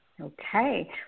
Okay